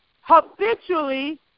habitually